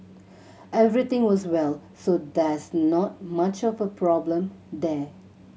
everything was well so there's not much of a problem there